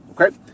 okay